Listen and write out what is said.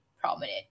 prominent